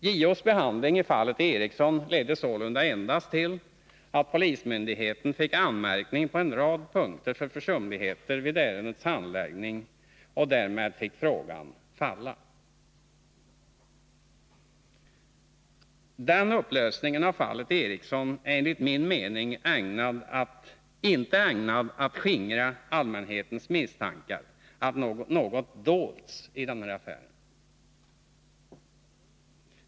JO:s behandling av fallet Eriksson ledde sålunda endast till att polismyndigheterna fick anmärkning på en rad punkter för försumligheter vid ärendets handläggning, och därmed fick frågan falla. Den upplösningen av fallet Eriksson är enligt min mening inte ägnad att skingra allmänhetens misstankar att någonting har dolts i denna affär.